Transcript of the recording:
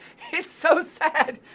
it's so sad.